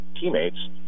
teammates